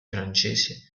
francesi